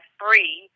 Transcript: free